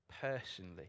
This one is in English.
personally